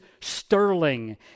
sterling